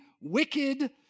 wicked